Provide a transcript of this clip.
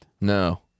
No